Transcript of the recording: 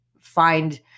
find